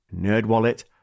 Nerdwallet